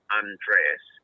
undress